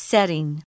Setting